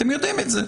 אתם יודעים את זה.